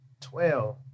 twelve